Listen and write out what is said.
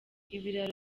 ibiraro